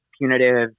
punitive